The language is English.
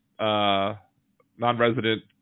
non-resident